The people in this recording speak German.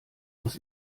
aus